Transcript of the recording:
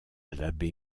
l’abbé